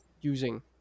using